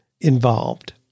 involved